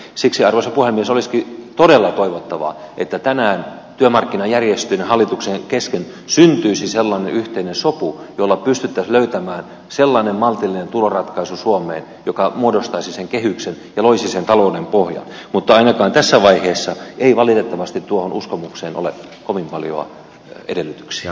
siksi arvoisa puhemies olisikin todella toivottavaa että tänään työmarkkinajärjestöjen ja hallituksen kesken syntyisi sellainen yhteinen sopu jolla pystyttäisiin löytämään sellainen maltillinen tuloratkaisu suomeen joka muodostaisi sen kehyksen ja loisi sen talouden pohjan mutta ainakaan tässä vaiheessa ei valitettavasti tuohon uskomukseen ole kovin paljoa edellytyksiä